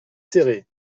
céré